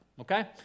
Okay